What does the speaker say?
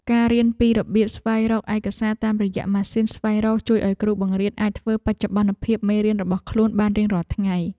ការរៀនពីរបៀបស្វែងរកឯកសារតាមរយៈម៉ាស៊ីនស្វែងរកជួយឱ្យគ្រូបង្រៀនអាចធ្វើបច្ចុប្បន្នភាពមេរៀនរបស់ខ្លួនបានរៀងរាល់ថ្ងៃ។